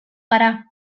gara